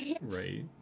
Right